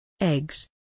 Eggs